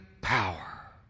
power